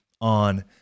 on